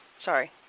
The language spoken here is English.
Sorry